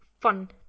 fun